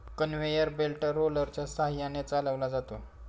conveyor belt रोलरच्या सहाय्याने चालवला जातो